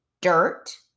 dirt